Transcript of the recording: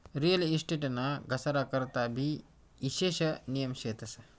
real estate ना घसारा करता भी ईशेष नियम शेतस